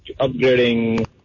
upgrading